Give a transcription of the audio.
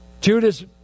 Judas